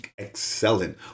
excelling